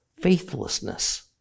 faithlessness